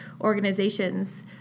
organizations